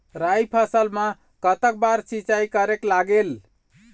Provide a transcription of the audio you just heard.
राई फसल मा कतक बार सिचाई करेक लागेल?